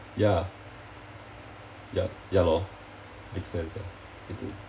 ya ya ya lor make sense ah